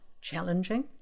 challenging